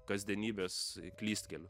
kasdienybės klystkelių